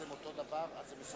לחוק